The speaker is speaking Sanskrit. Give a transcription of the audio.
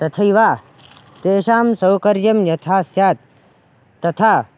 तथैव तेषां सौकर्यं यथा स्यात् तथा